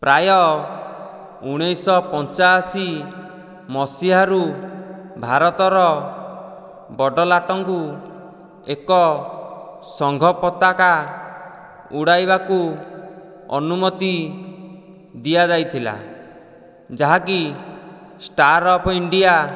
ପ୍ରାୟ ଉଣେଇଶଶହ ପଞ୍ଚାଅଶି ମସିହାରୁ ଭାରତର ବଡ଼ଲାଟଙ୍କୁ ଏକ ସଂଘ ପତାକା ଉଡ଼ାଇବାକୁ ଅନୁମତି ଦିଆଯାଇଥିଲା ଯାହାକି 'ଷ୍ଟାର୍ ଅଫ୍ ଇଣ୍ଡିଆ '